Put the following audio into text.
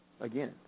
again